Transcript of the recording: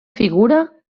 figura